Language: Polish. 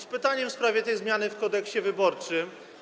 Z pytaniem w sprawie tej zmiany w Kodeksie wyborczym.